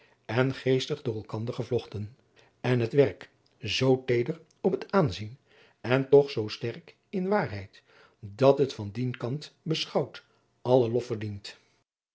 en geestig door elkander gevlochten en het werk zoo teeder op het aanzien en toch zoo sterk in waarheid dat het van dien kant beschouwd allen lof verdient